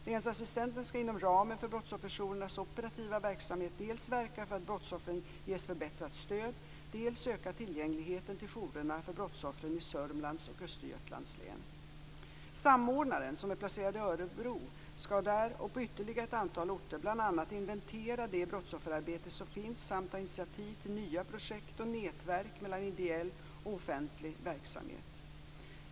Länsassistenten skall inom ramen för brottsofferjourernas operativa verksamhet dels verka för att brottsoffren ges förbättrat stöd, dels öka tillgängligheten till jourerna för brottsoffren i Sörmlands och Östergötlands län. Samordnaren, som är placerad i Örebro, skall där och på ytterligare ett antal orter bl.a. inventera det brottsofferarbete som finns samt ta initiativ till nya projekt och nätverk mellan ideell och offentlig verksamhet.